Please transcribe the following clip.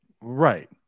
right